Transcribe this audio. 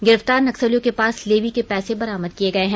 गिरफ्तार नक्सलियों के पास लेवी के पैसे बरामद किये गए हैं